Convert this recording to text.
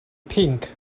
pink